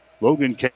Logan